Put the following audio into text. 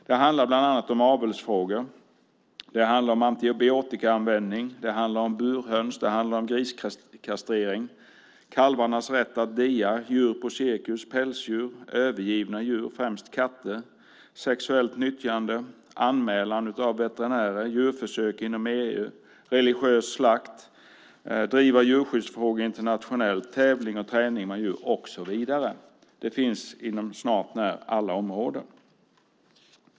Det handlar om avelsfrågor, antibiotikaanvändning, burhöns, griskastrering, kalvarnas rätt att dia, djur på cirkus, pälsdjur, övergivna djur - främst katter, sexuellt nyttjande, anmälan av veterinärer, djurförsök inom EU, religiös slakt, att driva djurskyddsfrågor internationellt, tävling och träning med djur, och så vidare. Det är snart när alla områden.